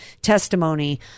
testimony